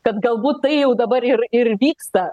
kad galbūt tai jau dabar ir ir vyksta